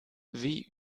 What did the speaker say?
wie